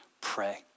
pray